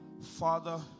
Father